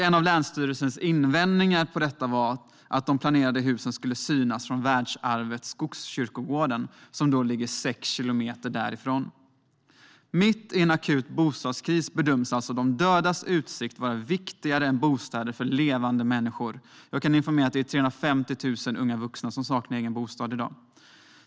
En av länsstyrelsens invändningar var att de planerade husen skulle synas från världsarvet Skogskyrkogården som ligger sex kilometer därifrån. Mitt i en akut bostadskris bedöms alltså de dödas utsikt vara viktigare än bostäder för levande människor. Jag kan informera om att 350 000 unga vuxna saknar egen bostad i dag.